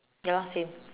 ya loh same